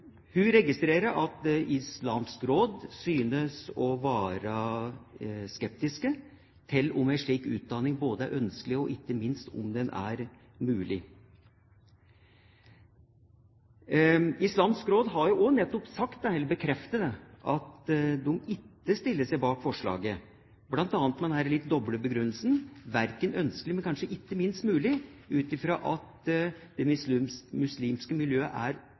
er ønskelig, og ikke minst om den er mulig. Islamsk Råd har jo også nettopp bekreftet at de ikke stiller seg bak forslaget, bl.a. med den litt doble begrunnelsen at det verken er ønskelig eller kanskje ikke mulig, fordi det muslimske miljøet tross alt er såpass lite, og det er såpass mange konfesjonsretninger. Dermed er